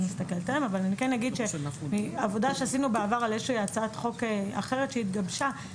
עבודה שעשינו בעבר על איזושהי הצעת חוק אחרת שהתגבשה,